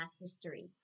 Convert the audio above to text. history